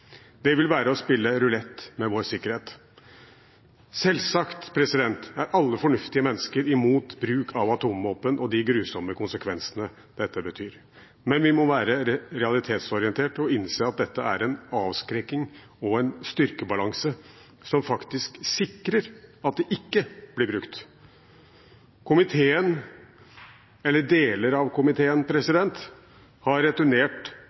Det vil være å spille rulett med vår sikkerhet. Selvsagt er alle fornuftige mennesker imot bruk av atomvåpen og de grusomme konsekvensene av det, men vi må være realitetsorienterte og innse at dette er en avskrekking og en styrkebalanse, som faktisk sikrer at det ikke blir brukt. Komiteen, eller deler av komiteen, har returnert